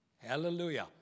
Hallelujah